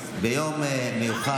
לא קראת את זה.